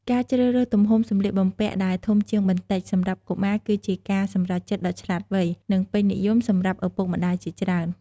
ការជ្រើសរើសទំហំសម្លៀកបំពាក់ដែល ធំជាងបន្តិច សម្រាប់កុមារ គឺជាការសម្រេចចិត្តដ៏ឆ្លាតវៃ និងពេញនិយមសម្រាប់ឪពុកម្តាយជាច្រើន។